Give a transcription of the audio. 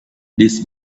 this